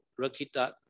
Rakita